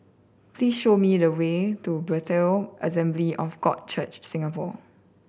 please show me the way to Bethel Assembly of God Church Singapore